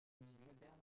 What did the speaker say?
moderne